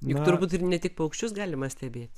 juk turbūt ir ne tik paukščius galima stebėti